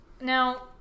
now